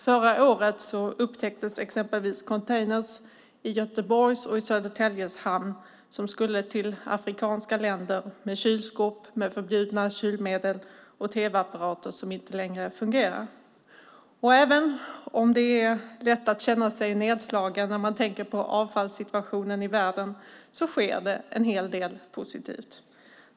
Förra året upptäcktes exempelvis containrar i Göteborgs och Södertäljes hamn som skulle till afrikanska länder med kylskåp med förbjudna kylmedel och tv-apparater som inte längre fungerar. Även om det är lätt att känna sig nedslagen när man tänker på avfallssituationen i världen sker det en hel del positivt.